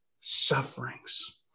sufferings